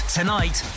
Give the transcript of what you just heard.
Tonight